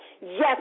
yes